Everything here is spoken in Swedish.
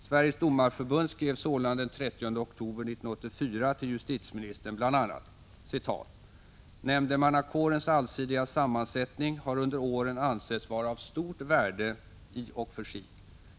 Sveriges domareförbund skrev sålunda den 30 oktober 1984 till justitieministern bl.a.: ”Nämndemannakårens allsidiga sammansättning har under åren ansetts vara av stort värde i och för sig.